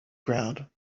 ground